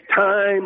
time